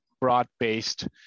broad-based